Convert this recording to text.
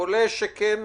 חולה שכן